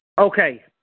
Okay